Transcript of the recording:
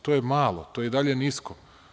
To je malo, to je i dalje nisko.